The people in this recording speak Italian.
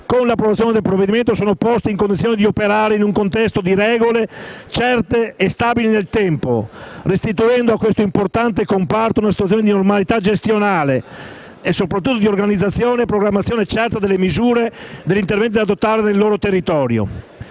con l'approvazione del provvedimento, sono poste in condizione di operare in un contesto di regole certe e stabili nel tempo, restituendo a questo importante comparto una situazione di "normalità" gestionale e, soprattutto, di organizzazione e programmazione certa delle misure e degli interventi da adottare per il loro territorio.